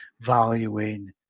valuing